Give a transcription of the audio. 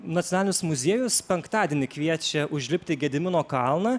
nacionalinis muziejus penktadienį kviečia užlipti į gedimino kalną